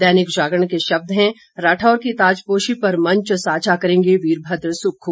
दैनिक जागरण के शब्द हैं राठौर की ताजपोशी पर मंच साझा करेंगे वीरभद्र सुक्खू